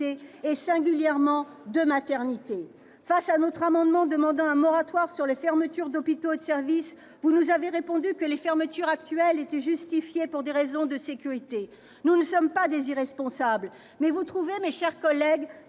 et singulièrement de maternités. S'agissant de notre amendement tendant à prévoir un moratoire sur les fermetures d'hôpitaux et de services, vous nous avez répondu que les fermetures actuelles étaient justifiées pour des raisons de sécurité. Nous ne sommes pas des irresponsables, mais estimez-vous, mes chers collègues,